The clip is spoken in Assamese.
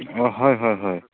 অঁ হয় হয় হয়